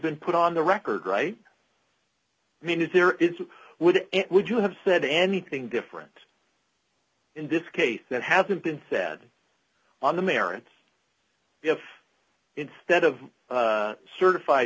been put on the record right i mean there is you would it would you have said anything different in this case that hasn't been said on the merits if instead of certified